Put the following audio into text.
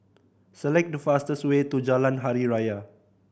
select the fastest way to Jalan Hari Raya